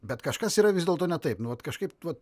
bet kažkas yra vis dėlto ne taip nu vat kažkaip vat